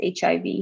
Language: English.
HIV